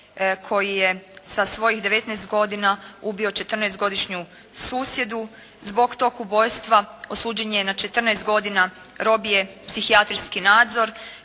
koji je sa svojih 19 godina ubio 14-godišnju susjedu. Zbog tog ubojstva osuđen je na 14 godina robije, psihijatrijski nadzor.